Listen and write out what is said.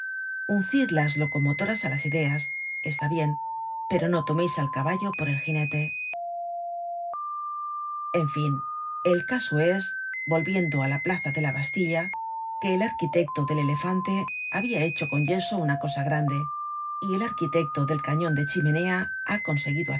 uncid las locomotoras á las ideas está bien pero no tomeis el caballo por el ginete en fin el caso es volviendo á la plaza de la bastilla que el arquitecto del elefante habia hecho con yeso una cosa grande y el arquitecto del cañon de chimenea ha conseguido